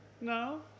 No